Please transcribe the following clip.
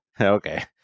Okay